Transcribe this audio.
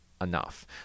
enough